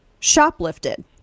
shoplifted